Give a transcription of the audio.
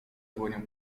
dłonią